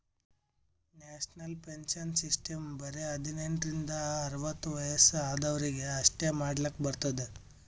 national pension system ಬರೆ ಹದಿನೆಂಟ ರಿಂದ ಅರ್ವತ್ ವಯಸ್ಸ ಆದ್ವರಿಗ್ ಅಷ್ಟೇ ಮಾಡ್ಲಕ್ ಬರ್ತುದ್